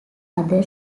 other